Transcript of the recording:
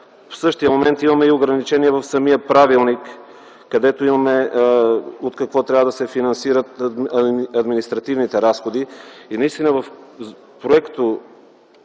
В същия момент имаме ограничение в самия правилник, където имаме – от какво трябва да се финансират административните разходи. В проекта